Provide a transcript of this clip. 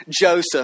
Joseph